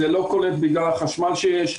זה לא קולט בגלל החשמל שיש,